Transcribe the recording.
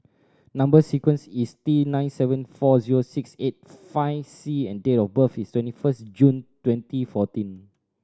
number sequence is T nine seven four zero six eight five C and date of birth is twenty first June twenty fourteen